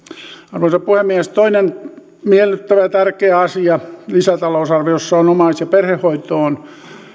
arvoisa puhemies toinen miellyttävä ja tärkeä asia lisätalousarviossa on on omais ja perhehoitoon